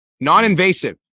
Non-invasive